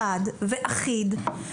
אחד ואחיד,